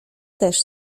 też